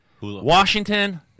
Washington